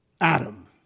Adam